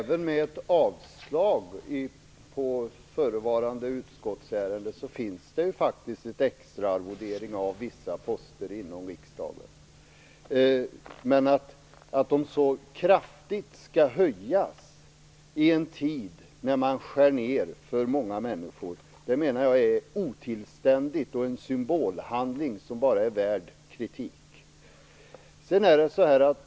Herr talman! Även om förevarande utskottsärende avslås finns det faktiskt en extra arvodering av vissa poster inom riksdagen. Men att de skall höjas så kraftigt i en tid när man skär ned för många människor menar jag är otillständigt och en symbolhandling som bara är värd kritik.